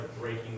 breaking